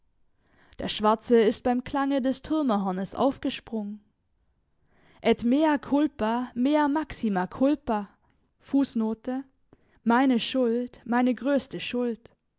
der schwarze ist beim klange des türmerhornes aufgesprungen et mea culpa mea maxima culpa meine schuld meine größte schuld